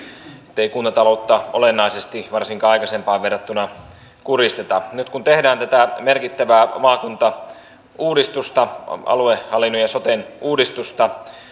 ettei kuntataloutta olennaisesti varsinkaan aikaisempaan verrattuna kurjisteta nyt kun tehdään tätä merkittävää maakuntauudistusta aluehallinnon ja soten uudistusta